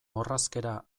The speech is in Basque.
orrazkera